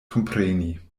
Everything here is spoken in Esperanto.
kompreni